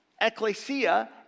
ecclesia